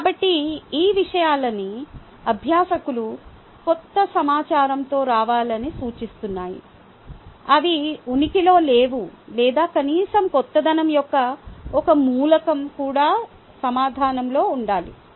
కాబట్టి ఈ విషయాలన్నీ అభ్యాసకులు కొత్త సమాచారంతో రావాలని సూచిస్తున్నాయి అవి ఉనికిలో లేవు లేదా కనీసం కొత్తదనం యొక్క ఒక మూలకం కూడా సమాధానంలో ఉండాలి